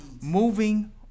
Moving